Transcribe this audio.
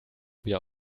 wieder